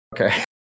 okay